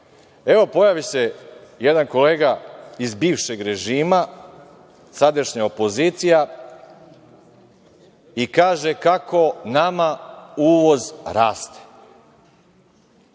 Evo, pojavi se jedan kolega iz bivšeg režima, sadašnja opozicija, i kaže kako nama uvoz raste.